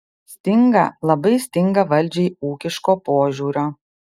stinga labai stinga valdžiai ūkiško požiūrio